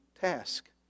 task